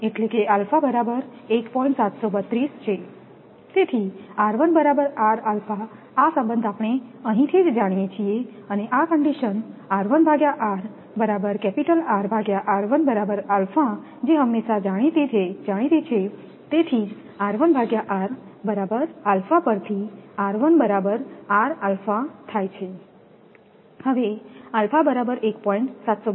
732 છે તેથી આ સંબંધ આપણે અહીંથી જ જાણીએ છીએઆ કન્ડિશન હંમેશાં જાણીતી છે તેથી પરથી થાય હવે બરાબર 1